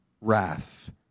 wrath